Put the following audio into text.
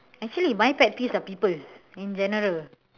actually my pet peeves are people in general